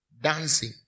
dancing